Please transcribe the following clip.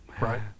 Right